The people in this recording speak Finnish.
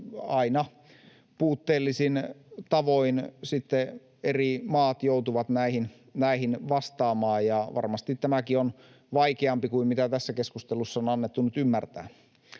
Aina puutteellisin tavoin sitten eri maat joutuvat näihin vastaamaan, ja varmasti tämäkin on vaikeampaa kuin mitä tässä keskustelussa on annettu nyt ymmärtää.